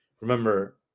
Remember